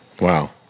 Wow